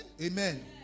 Amen